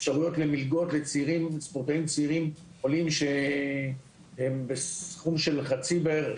אפשרויות למלגות לספורטאים צעירים עולים שהם בסכום של חצי בערך,